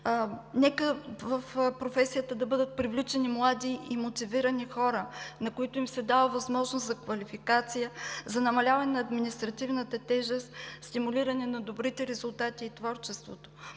Нека в професията да бъдат привличани млади и мотивирани хора, на които им се дава възможност за квалификация, за намаляване на административната тежест, стимулиране на добрите резултати и творчеството,